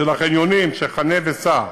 של החניונים, של "חנה וסע"